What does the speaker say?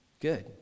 good